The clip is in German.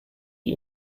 die